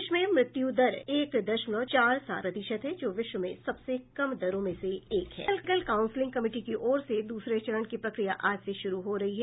देश में मृत्यु दर एक दशमलव चार सात प्रतिशत है जो विश्व में सबसे कम दरों में से एक है मेडिकल काउंसेलिंग कमिटी की ओर से दूसरे चरण की प्रक्रिया आज से शुरू हो रही है